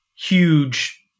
huge